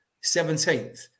seventeenth